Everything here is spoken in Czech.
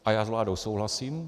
A já s vládou souhlasím.